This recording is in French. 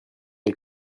les